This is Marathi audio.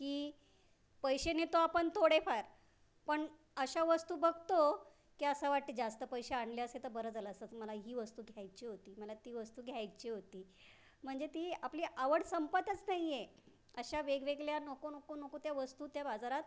की पैसे नेतो आपण थोडेफार पण अशा वस्तू बघतो की असं वाटतं जास्त पैसे आणले असते तर बरं झालं असतं मला ही वस्तू घ्यायची होती मला ती वस्तू घ्यायची होती म्हणजे ती आपली आवड संपतच नाही आहे अशा वेगवेगळ्या नको नको नको त्या वस्तू त्या बाजारात